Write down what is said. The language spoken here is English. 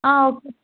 okay